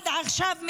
עד עכשיו,